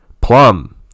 plum